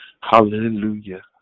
Hallelujah